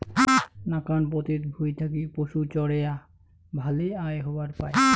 নাকান পতিত ভুঁই থাকি পশুচরেয়া ভালে আয় হবার পায়